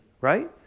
right